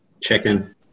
Chicken